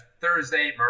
Thursday